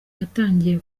yatangiye